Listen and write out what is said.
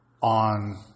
on